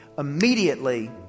Immediately